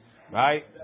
Right